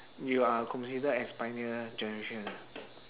you are considered as pioneer generation